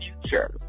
future